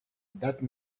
that